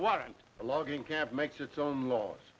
warrant logging camp makes its own laws